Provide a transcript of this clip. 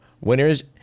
winners